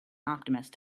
optimist